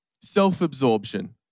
Self-absorption